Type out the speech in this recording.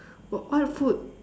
but what food